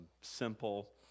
Simple